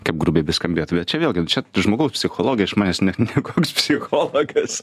kaip grubiai beskambėtų bet čia vėlgi čia žmogaus psichologija iš manęs ne nekoks psichologas